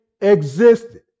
existed